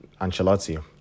Ancelotti